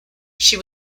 she